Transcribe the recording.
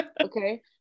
Okay